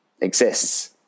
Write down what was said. Exists